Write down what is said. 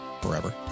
forever